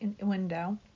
window